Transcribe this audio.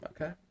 Okay